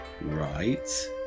right